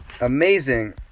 amazing